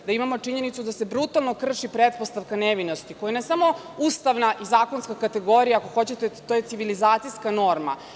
Da imamo činjenicu da se brutalno krši pretpostavka nevinosti koja je ne samo ustavna i zakonska kategorija, ako hoćete to je civilizacijska norma.